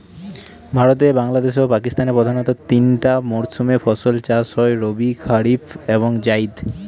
ভারতে বাংলাদেশে ও পাকিস্তানে প্রধানত তিনটা মরসুমে ফাসল চাষ হয় রবি কারিফ এবং জাইদ